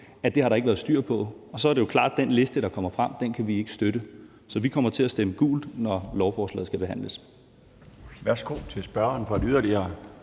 at det har der ikke været styr på, og så er det klart, at vi ikke kan støtte den liste, der kommer frem. Så vi kommer til at stemme gult, når lovforslaget skal tredjebehandles.